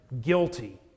Guilty